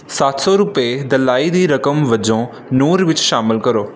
ਸੱਤ ਸੌ ਰੁਪਏ ਦਲਾਈ ਦੀ ਰਕਮ ਵਜੋਂ ਨੂਰ ਵਿੱਚ ਸ਼ਾਮਲ ਕਰੋ